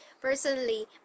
personally